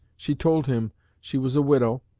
she told him she was a widow,